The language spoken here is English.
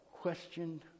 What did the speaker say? questioned